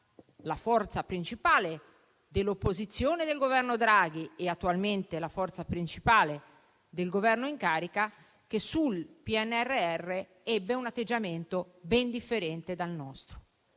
forza principale dell'opposizione del Governo Draghi, attualmente forza principale del Governo in carica, che, sul PNRR, ebbe un atteggiamento ben differente dal nostro.